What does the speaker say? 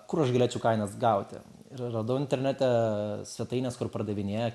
kur aš galėčiau kainas gauti ir radau internete svetainės kur pardavinėja